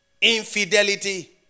infidelity